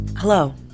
Hello